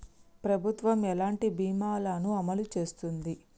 ప్రభుత్వం ఎలాంటి బీమా ల ను అమలు చేస్తుంది?